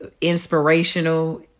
inspirational